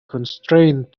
constrained